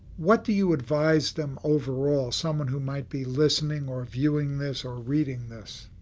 what do you advise them overall, someone who might be listening or viewing this or reading this?